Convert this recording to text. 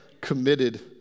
committed